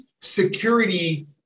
security